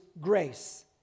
grace